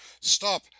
Stop